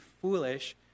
foolish